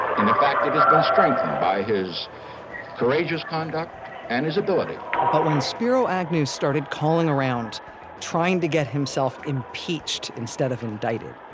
in in fact, it has been strengthened by his courageous conduct and his abilities but when spiro agnew started calling around trying to get himself impeached instead of indicted,